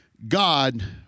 God